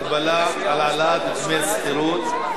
הגבלה על העלאת דמי השכירות),